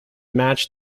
match